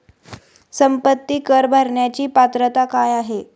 संपत्ती कर भरण्याची पात्रता काय आहे?